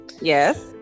Yes